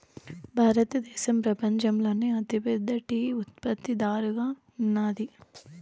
భారతదేశం పపంచంలోనే అతి పెద్ద టీ ఉత్పత్తి దారుగా ఉన్నాది